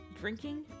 drinking